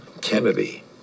Kennedy